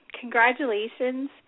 congratulations